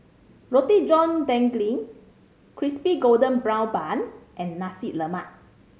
Roti John Daging Crispy Golden Brown Bun and Nasi Lemak